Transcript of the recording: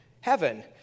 heaven